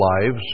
lives